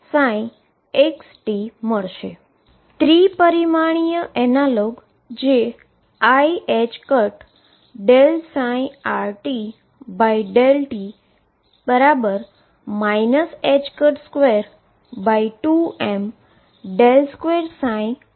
3 dimensional analogue જે iℏdψrtdt 22m2rtVrψrt બનશે